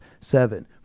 seven